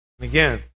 again